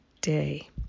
Day